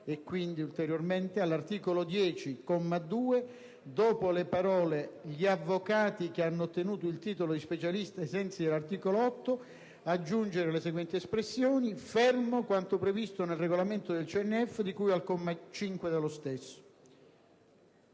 *e quindi, ulteriormente*, *all'articolo 10, comma 2, dopo le parole:* «gli avvocati che hanno ottenuto il titolo di specialista ai sensi dell'articolo 8», *aggiungere le seguenti:* «fermo quanto previsto nel regolamento del CNF di cui al comma 5 dello stesso».